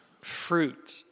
fruit